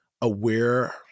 aware